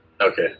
Okay